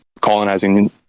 colonizing